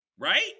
Right